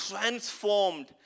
transformed